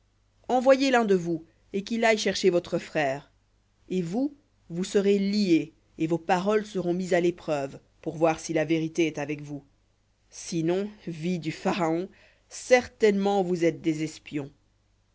envoyez l'un de vous et qu'il aille chercher votre frère et vous vous serez liés et vos paroles seront mises à l'épreuve si la vérité est avec vous sinon vie du pharaon certainement vous êtes des espions